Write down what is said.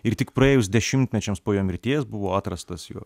ir tik praėjus dešimtmečiams po jo mirties buvo atrastas jo